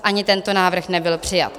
Ani tento návrh nebyl přijat.